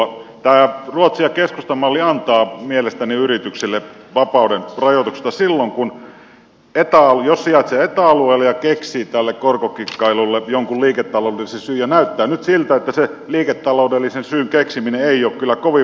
tämä ruotsin ja keskustan malli antaa mielestäni yrityksille vapauden rajoituksista silloin jos sijaitsee eta alueella ja keksii tälle korkokikkailulle jonkun liiketaloudellisen syyn ja näyttää nyt siltä että se liiketaloudellisen syyn keksiminen ei ole kyllä kovin vaikeaa